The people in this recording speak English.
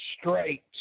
straight